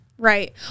Right